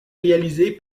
réalisée